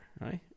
right